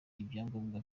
ibyangombwa